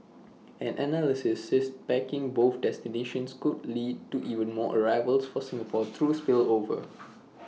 an analyst said packaging both destinations could lead to even more arrivals for Singapore through spillover